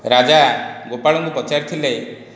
ରାଜା ଗୋପାଳଙ୍କୁ ପଚାରିଥିଲେ